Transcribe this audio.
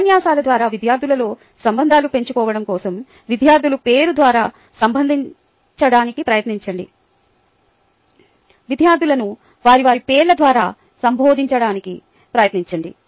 ఉపన్యాసాల ద్వారా విద్యార్థులతో సంబంధాలు పెంచుకోవడం కోసం విద్యార్థులను పేరు ద్వారా సంబోదించడానికి ప్రయత్నించండి